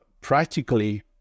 practically